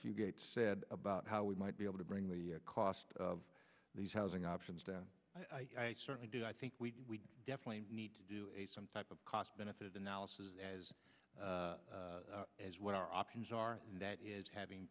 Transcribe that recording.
mr gates said about how we might be able to bring the cost of these housing options down certainly did i think we definitely need to do a some type of cost benefit analysis as as what our options are that is having